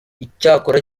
icyakora